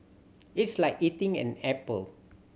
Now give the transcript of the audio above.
it's like eating an apple